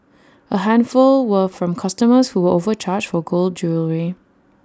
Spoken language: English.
A handful were from customers who were overcharged for gold jewellery